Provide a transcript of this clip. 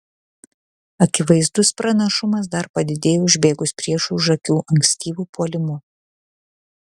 akivaizdus pranašumas dar padidėjo užbėgus priešui už akių ankstyvu puolimu